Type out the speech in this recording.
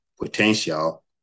potential